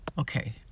Okay